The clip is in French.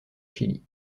chili